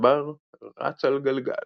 עכבר רץ על גלגל